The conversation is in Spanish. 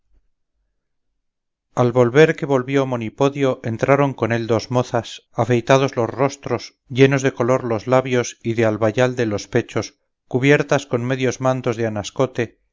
volver que volvió monipodio entraron con él dos mozas afeitados los rostros llenos de color los labios y de albayalde los pechos cubiertas con medios mantos